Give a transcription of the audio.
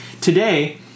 today